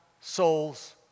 souls